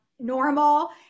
normal